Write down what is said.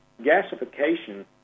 Gasification